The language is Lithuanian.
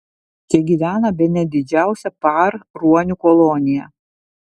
čia gyvena bene didžiausia par ruonių kolonija